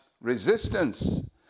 resistance